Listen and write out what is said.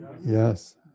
Yes